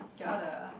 get all the